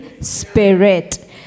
spirit